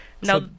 Now